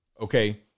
okay